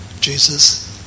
Jesus